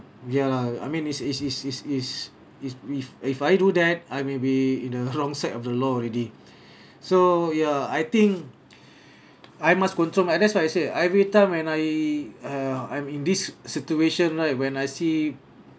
ya lah I mean is is is is is if if I do that I may be in a wrong side of the law already so ya I think I must control my that's why I said every time when I uh I'm in this situation right when I see